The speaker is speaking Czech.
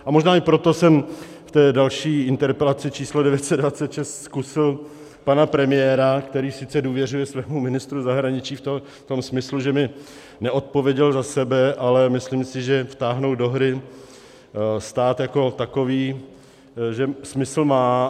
A možná i proto jsem v té další interpelaci číslo 926 zkusil pana premiéra, který sice důvěřuje svému ministru zahraničí v tom smyslu, že mi neodpověděl za sebe, ale myslím si, že vtáhnout do hry stát jako takový smysl má.